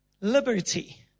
liberty